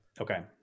Okay